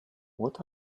what